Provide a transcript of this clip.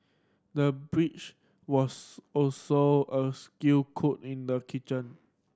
the was also a skilled cook in the kitchen